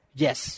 yes